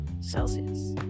Celsius